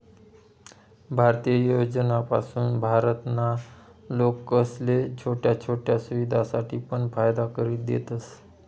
भारतीय योजनासपासून भारत ना लोकेसले छोट्या छोट्या सुविधासनी पण फायदा करि देतस